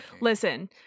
Listen